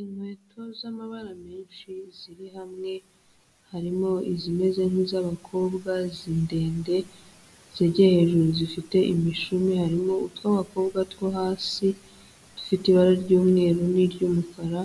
Inkweto z'amabara menshi ziri hamwe, harimo izimeze nk'iz'abakobwa ndende zigiye hejuru zifite imishumi, harimo utw'abakobwa two hasi dufite ibara ry'umweru n'iry'umukara,